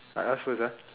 I ask first ah